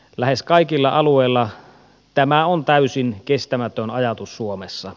lähes kaikilla alueilla tämä on täysin kestämätön ajatus suomessa